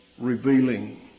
revealing